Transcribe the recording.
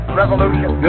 revolution